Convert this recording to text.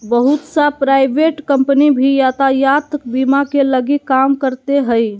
बहुत सा private company भी यातायात बीमा के लगी काम करते हइ